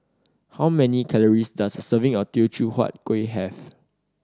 how many calories does a serving of Teochew Huat Kueh have